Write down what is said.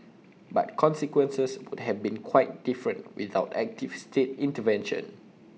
but consequences would have been quite different without active state intervention